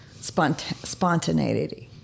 spontaneity